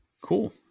Cool